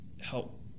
help